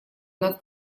над